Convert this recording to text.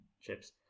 chips